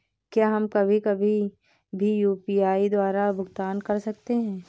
क्या हम कभी कभी भी यू.पी.आई द्वारा भुगतान कर सकते हैं?